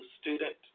student